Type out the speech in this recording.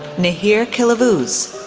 nehir kilavuz,